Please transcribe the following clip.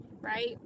right